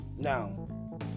Now